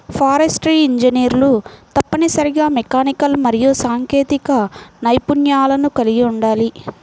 forestry ఇంజనీర్లు తప్పనిసరిగా mechanical మరియు సాంకేతిక నైపుణ్యాలను కలిగి ఉండాలి